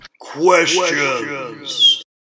questions